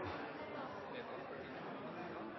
ser